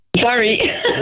Sorry